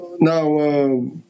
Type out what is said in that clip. Now